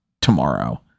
tomorrow